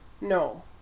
No